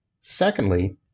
Secondly